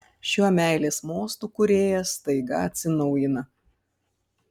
šiuo meilės mostu kūrėjas staiga atsinaujina